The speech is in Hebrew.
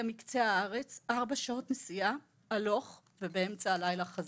מקצה הארץ ארבע שעות נסיעה הלוך ובאמצע הלילה חזור.